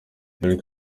bill